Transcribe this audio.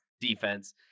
defense